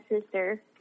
sister